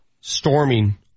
storming